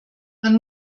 man